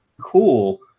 cool